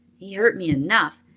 he hurt me enough.